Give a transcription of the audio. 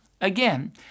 Again